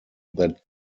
that